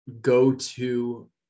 go-to